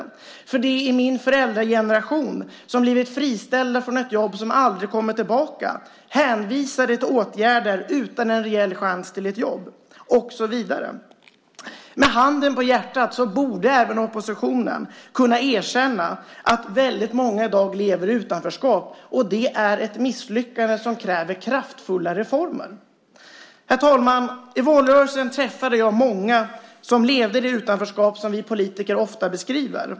Det är de i min föräldrageneration som blivit friställda från ett jobb som aldrig kommer tillbaka, hänvisade till åtgärder utan en rejäl chans till ett jobb, och så vidare. Med handen på hjärtat borde även oppositionen kunna erkänna att väldigt många i dag lever i utanförskap. Det är ett misslyckande som kräver kraftfulla reformer. Herr talman! I valrörelsen träffade jag många som levde i det utanförskap som vi politiker ofta beskriver.